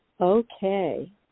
Okay